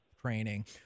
training